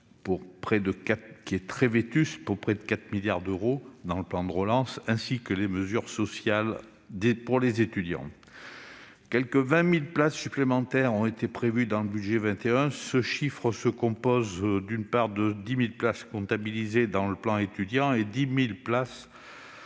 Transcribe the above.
très vétuste, pour près de 4 milliards d'euros dans le plan de relance, ainsi que les mesures sociales pour les étudiants. Quelque 20 000 places supplémentaires ont été prévues dans le budget pour 2021. Ce chiffre se compose de 10 000 places dans le plan Étudiants et de 10 000 places dans